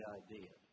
idea